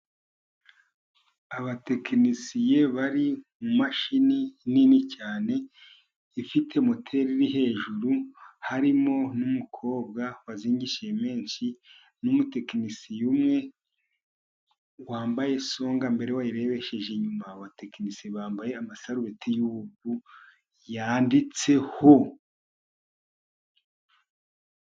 Abatekinisiye bari mu mashini nini cyane ifite moteri iri hejuru, harimo n'umukobwa wazingishije menshi n'umutekinisiye umwe wambaye songambere wayirebesheje inyuma. Abatekinisiye bambaye amasarubeti y'ububu yanditseho.